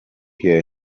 hear